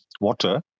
Water